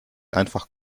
einfach